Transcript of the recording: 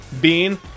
Bean